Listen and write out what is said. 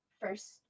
first